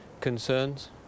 concerns